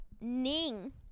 Ning